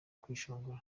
kwishongora